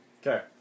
Okay